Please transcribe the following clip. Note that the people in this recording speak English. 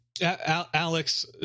Alex